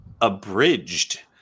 Abridged